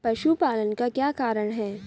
पशुपालन का क्या कारण है?